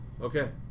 okay